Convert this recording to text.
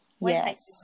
Yes